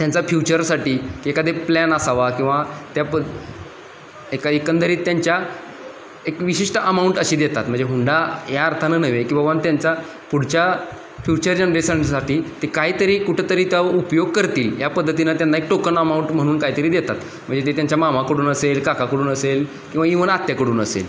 त्यांचा फ्युचरसाठी एकादे प्लॅन असावा किंवा त्या प एका एकंदरीत त्यांच्या एक विशिष्ट अमाऊंट अशी देतात म्हणजे हुंडा या अर्थानं नव्हे की बाबा त्यांचा पुढच्या फ्युचर जनरेशनसाठी ते काहीतरी कुठंतरी तर उपयोग करतील या पद्धतीनं त्यांना एक टोकन अमाऊंट म्हणून काहीतरी देतात म्हणजे ते त्यांच्या मामाकडून असेल काकाकडून असेल किंवा इवन आत्याकडून असेल